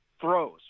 throws